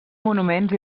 monuments